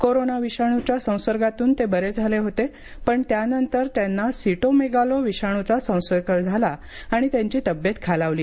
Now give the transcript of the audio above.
corona विषाणूच्या संसर्गामधून ते बरे झाले होते पण त्यानंतर त्यांना सिटोमेगालो विषाणूचा संसर्ग झाला आणि त्यांची तब्येत खालावली